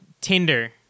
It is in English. Tinder